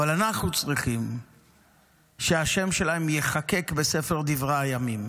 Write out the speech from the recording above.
אבל אנחנו צריכים שהשם שלהם ייחקק בספר דברי הימים